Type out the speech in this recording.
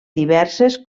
diverses